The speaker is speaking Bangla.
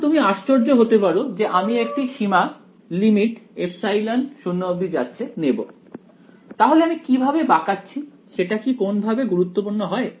এখন তুমি আশ্চর্য হতে পারো যে আমি একটি সীমা নেব তাহলে আমি কিভাবে বাঁকাচ্ছি সেটা কি কোন ভাবে গুরুত্বপূর্ণ হয়